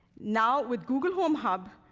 now, with google home hub,